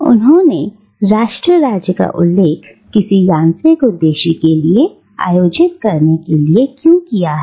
उन्होंने राष्ट्र राज्य का उल्लेख किसी यांत्रिक उद्देश्य के लिए आयोजित करने के लिए क्यों किया है